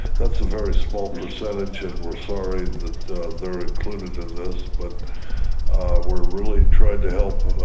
that's a very small percentage and we're sorry that they're included in this. but we're really tried to help.